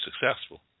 successful